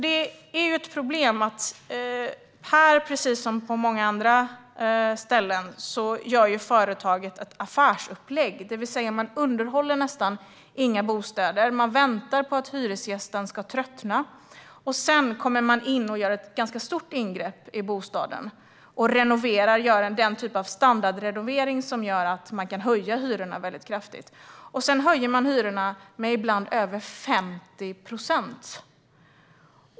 Det är ett problem att företaget, precis som på andra ställen, gör ett affärsupplägg, det vill säga man underhåller nästan inga bostäder utan väntar på att hyresgästen ska tröttna. Sedan kommer man in och gör ett ganska stort ingrepp i bostaden, den typ av standardrenovering som gör att man kan höja hyrorna väldigt kraftigt, ibland med över 50 procent.